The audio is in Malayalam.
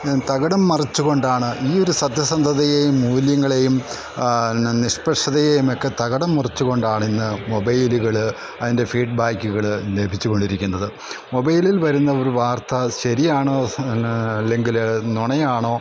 തകിടം മറിച്ചുകൊണ്ടാണ് ഈയൊരു സത്യന്ധതയെയും മൂല്യങ്ങളെയും നിഷ്പക്ഷതയേയുമൊക്കെ തകിടം മറിച്ച്കൊണ്ടാണിന്ന് മൊബൈല്കള് അതിൻ്റെ ഫീഡ്ബാക്ക്കൾ ലഭിച്ചുകൊണ്ടിരിക്കുന്നത് മൊബൈലിൽ വരുന്ന ഒരു വാർത്ത ശരിയാണോ അല്ലെങ്കിൽ നുണയാണോ